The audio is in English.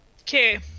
Okay